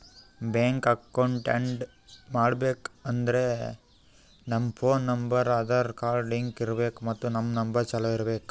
bank account add ಮಾಡ್ಬೇಕ್ ಅಂದುರ್ ನಮ್ ಫೋನ್ ನಂಬರ್ ಆಧಾರ್ ಕಾರ್ಡ್ಗ್ ಲಿಂಕ್ ಇರ್ಬೇಕ್ ಮತ್ ನಂಬರ್ ಚಾಲೂ ಇರ್ಬೇಕ್